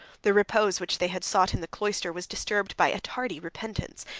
the repose which they had sought in the cloister was disturbed by a tardy repentance,